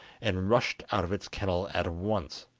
and rushed out of its kennel at once.